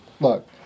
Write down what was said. Look